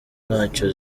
ntacyo